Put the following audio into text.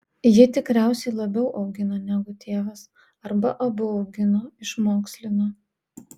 ji tikriausiai labiau augino negu tėvas arba abu augino išmokslino